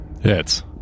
Hits